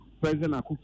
President